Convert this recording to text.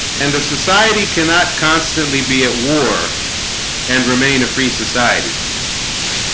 and the society cannot constantly be at war and remain a free society